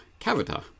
Cavita